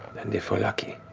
and if we're lucky,